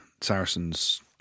Saracens